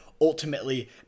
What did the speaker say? Ultimately